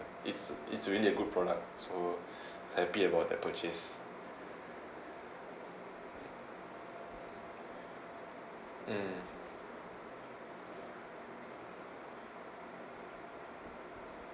it's it's really a good product so happy about that purchase mm